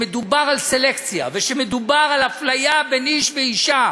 שמדובר על סלקציה ושמדובר על הפליה בין איש ואישה,